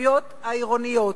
השחיתויות העירוניות?